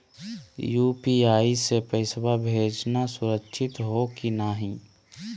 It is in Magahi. यू.पी.आई स पैसवा भेजना सुरक्षित हो की नाहीं?